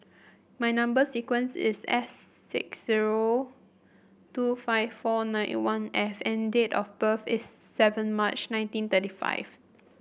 my number sequence is S six zero two five four nine one F and date of birth is seven March nineteen thirty five